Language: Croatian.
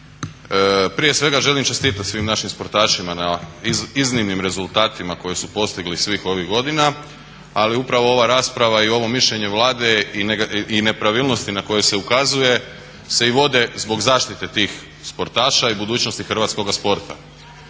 Prije svega želim čestitat svim našim sportašima na iznimnim rezultatima koje su postigli svih ovih godina, ali upravo ova rasprava i ovo mišljenje Vlade i nepravilnosti na koje se ukazuje se i vode zbog zaštite tih sportaša i budućnosti hrvatskoga sporta.